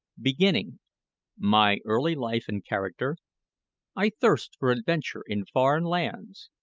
beginning my early life and character i thirst for adventure in foreign lands,